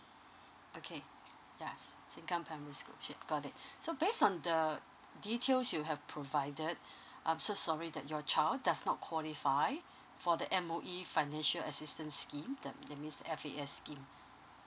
okay ya sengkang primary school got it sure so based on the details you have provided I'm so sorry that your child does not qualify for the M_O_E financial assistance scheme that that means F_A_S scheme